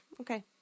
okay